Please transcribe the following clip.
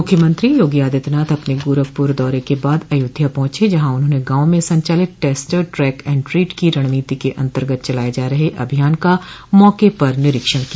मुख्यमंत्री योगी आदित्यनाथ अपने गोरखपर दौरे के बाद अयोध्या पहुंचे जहां उन्होंने गांवों म संचालित टेस्ट ट्रेक एंड ट्रीट की रणनीति के अन्तर्गत चलाये जा रहे अभियान का मौके पर निरीक्षण किया